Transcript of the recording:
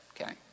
okay